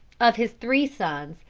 of his three sons,